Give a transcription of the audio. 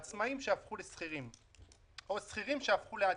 עצמאים שהפכו לשכירים או שכירים שהפכו לעצמאים,